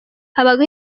habaho